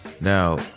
Now